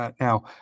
Now